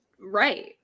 right